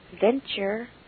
venture